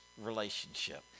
relationship